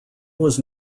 was